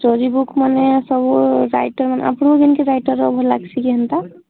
story book ମାନେ ସବୁ writer ମାନେ ଆପଣଙ୍କୁ କେମିତି ରାଇଟର୍ ଭଲ ଲଗସି କେନ୍ତା